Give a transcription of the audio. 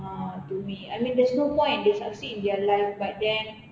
uh to me I mean there's no point they succeed in their life but then